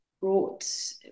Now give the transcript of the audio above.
brought